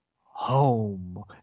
home